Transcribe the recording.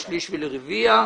לשליש ולרביע,